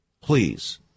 Please